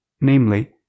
namely